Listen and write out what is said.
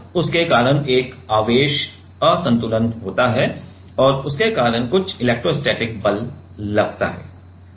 और उसके कारण एक आवेश असंतुलन होता है और उसके कारण कुछ इलेक्ट्रोस्टैटिक बल लगता है